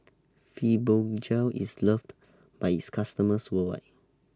Fibogel IS loved By its customers worldwide